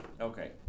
Okay